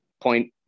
point